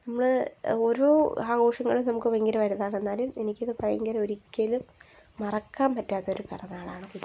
നമ്മൾ ഓരോ ആഘോഷങ്ങളും നമുക്ക് ഭയങ്കര വലുതാണ് എന്നാലും എനിക്കിത് ഭയങ്കര ഒരിക്കലും മറക്കാൻ പറ്റാത്തൊരു പിറന്നാളാണ് കുഞ്ഞിൻ്റെ